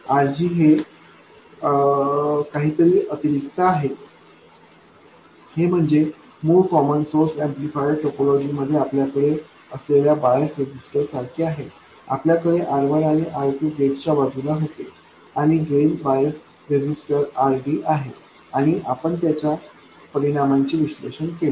RG हे काहीतरी अतिरिक्त आहे हे म्हणजे मूळ कॉमन सोर्स ऍम्प्लिफायर टोपोलॉजीमध्ये आपल्याकडे असलेल्या बायस रेझिस्टर सारखेच आहे आपल्या कडे R1 आणि R2 गेट च्या बाजूला होते आणि ड्रेन बायस रेजिस्टर RD आहे आणि आपण त्याच्या परिणामाचे विश्लेषण केले